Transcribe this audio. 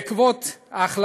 בעקבותיו,